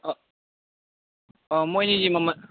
ꯃꯈꯣꯏ ꯑꯅꯤꯁꯦ ꯃꯃꯜ